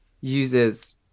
uses